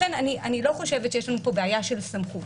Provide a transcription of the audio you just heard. לכן אני לא חושבת שיש לנו פה בעיה של סמכות,